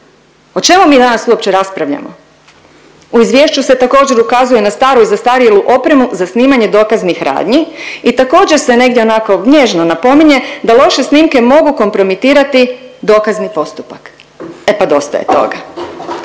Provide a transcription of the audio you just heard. O čemu mi danas tu uopće raspravljamo? U Izvješću se također ukazuje na staru i zastarjelu opremu za snimanje dokaznih radnji i također se negdje onako nježno napominje da loše snimke mogu kompromitirati dokazni postupak. E pa dosta je toga!